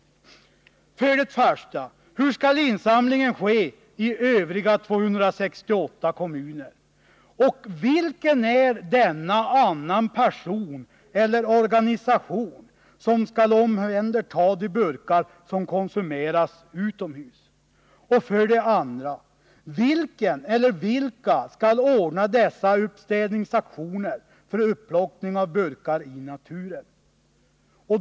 För det första: Hur skall insamlingen ske i övriga 268 kommuner och vad avses med ”annan person eller organisation” som skall omhänderta de burkar som konsumeras utomhus? För det andra: Vilken eller vilka skall ordna dessa uppstädningsaktioner för upplockning av burkar i naturen?